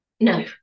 no